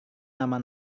nama